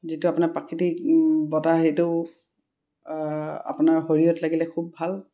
যিটো আপোনাৰ প্ৰাকৃতিক বতাহ সেইটো আপোনাৰ শৰীৰত লাগিলে খুব ভাল